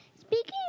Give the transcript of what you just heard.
speaking